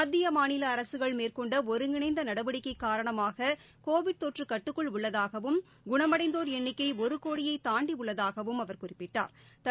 மத்திய மாநில அரசுகள் மேற்கொண்ட ஒருங்கிணைந்த நடவடிக்கை காரணமாக கோவிட் தொற்று கட்டுக்குள் உள்ளதாகவும் குணமடந்தோர் எண்ணிக்கை ஒரு கோடியை தாண்டியுள்ளதாகவும் அவர் குறிப்பிட்டாள்